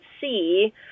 see